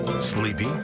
sleepy